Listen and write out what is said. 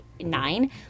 nine